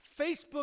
Facebook